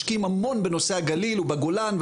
משקיעים המון בנושא הגליל והגולן,